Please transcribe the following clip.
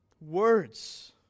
words